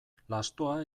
lastoa